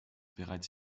bereits